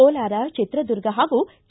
ಕೋಲಾರ ಚಿತ್ರದುರ್ಗ ಹಾಗೂ ಕೆ